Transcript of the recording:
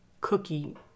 cookie